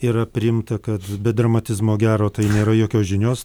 yra priimta kad be dramatizmo gero tai nėra jokios žinios